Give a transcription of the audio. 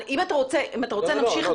אם אתה רוצה להמשיך את זה --- לא,